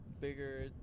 bigger